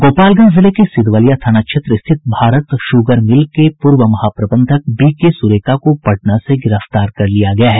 गोपालगंज जिले के सिधवलिया थाना क्षेत्र स्थित भारत शुगर मिल के पूर्व महाप्रबंधक बी के सुरेका को पटना से गिरफ्तार कर लिया गया है